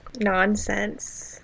Nonsense